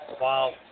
Wow